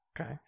Okay